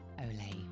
ole